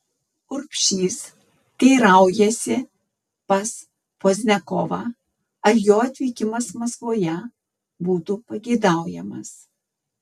urbšys teiraujasi pas pozniakovą ar jo atvykimas maskvoje būtų pageidaujamas